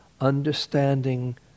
understanding